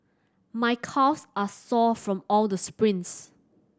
my calves are sore from all the sprints